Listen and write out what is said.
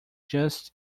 just